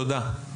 תודה.